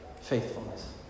faithfulness